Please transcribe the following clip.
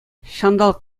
ҫанталӑк